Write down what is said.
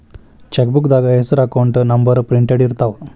ಚೆಕ್ಬೂಕ್ದಾಗ ಹೆಸರ account number printed ಇರ್ತಾವ